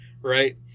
right